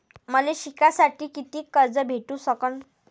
मले शिकासाठी कितीक कर्ज भेटू सकन?